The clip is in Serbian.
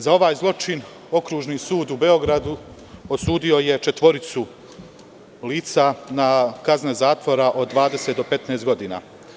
Za ovaj zločin Okružni sud u Beogradu osudio je četvoricu lica na kazne zatvora od 15 do 20 godina.